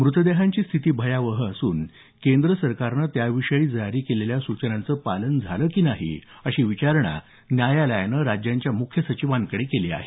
मृतदेहांची स्थिती भयावह असून केंद्र सरकारनं त्याविषयी जारी केलेल्या सूचनांचं पालन झालं की नाही अशी विचारणा न्यायालयानं सर्व राज्यांच्या मुख्य सचिवांकडे केली आहे